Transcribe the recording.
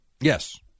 Yes